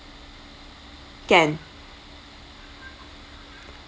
can